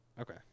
Okay